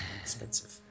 Expensive